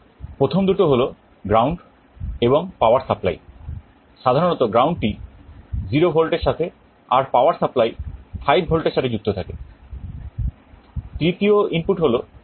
প্রথম দুটো হল গ্রাউন্ড কাজে ব্যবহার করতে পারেন